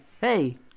hey